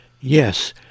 Yes